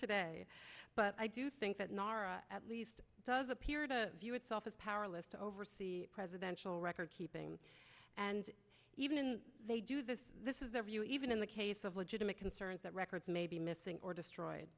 today but i do think that nara at least does appear to view itself as powerless to oversee presidential record keeping and even they do this this is their view even in the case of legitimate concerns that records may be missing or destroyed